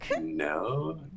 no